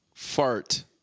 Fart